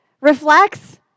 reflects